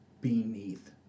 beneath